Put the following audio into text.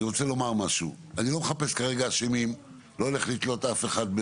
אני רוצה לומר משהו: אני לא מחפש כרגע אשמים ולא הולך לתלות אף אחד.